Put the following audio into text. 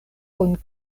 kun